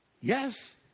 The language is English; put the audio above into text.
Yes